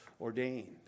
ordained